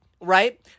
right